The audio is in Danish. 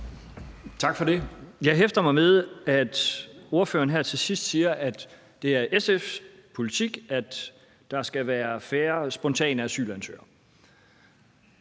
Tak for det. Jeg hæfter mig ved, at ordføreren her til sidst siger, at det er SF's politik, at der skal være færre, der søger